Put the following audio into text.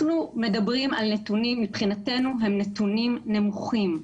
מבחינתנו אלה נתונים נמוכים.